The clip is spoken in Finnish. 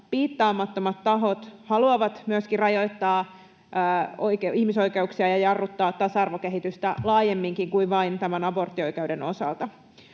piittaamattomat tahot haluavat myöskin rajoittaa ihmisoikeuksia ja jarruttaa tasa-arvokehitystä laajemminkin kuin vain tämän aborttioikeuden osalta.